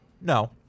No